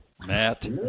matt